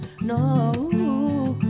no